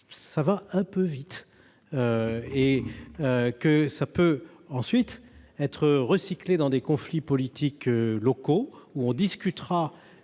ça va un peu vite et que ça peut ensuite être recyclés dans des conflits politiques locaux ou on discutera